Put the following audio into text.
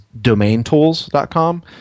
DomainTools.com